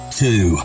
two